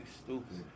stupid